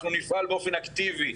אנחנו נפעל באופן אקטיבי,